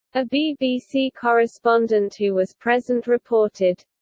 a bbc correspondent who was present reported.